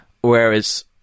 whereas